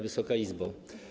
Wysoka Izbo!